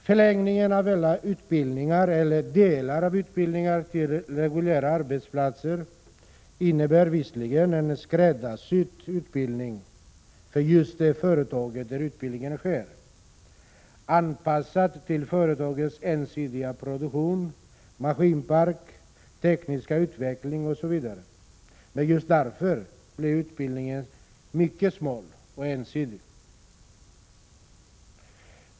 Förlängningen av hela utbildningar eller delar av utbildningar till reguljära arbetsplatser innebär visserligen en skräddarsydd utbildning för just det företag där utbildningen sker, anpassad till företagets ensidiga produktion, maskinpark, tekniska utveckling osv., men just därför blir utbildningen mycket smal och ensidig.